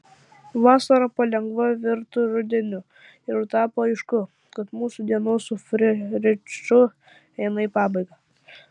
vasara palengva virto rudeniu ir tapo aišku kad mūsų dienos su fridrichu eina į pabaigą